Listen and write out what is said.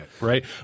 right